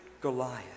Goliath